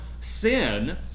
sin